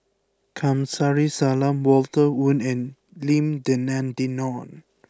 Kamsari Salam Walter Woon and Lim Denan Denon